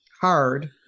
hard